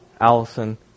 Allison